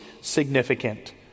significant